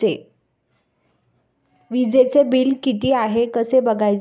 वीजचे बिल किती आहे कसे बघायचे?